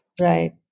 Right